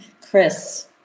Chris